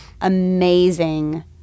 amazing